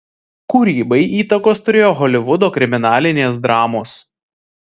kūrybai įtakos turėjo holivudo kriminalinės dramos